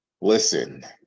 Listen